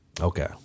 Okay